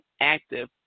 active